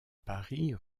paris